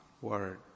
word